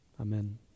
amen